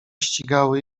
ścigały